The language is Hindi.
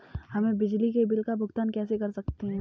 हम बिजली के बिल का भुगतान कैसे कर सकते हैं?